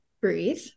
breathe